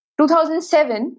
2007